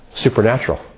supernatural